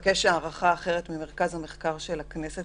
לבקש הערכה אחרת ממרכז המחקר של הכנסת,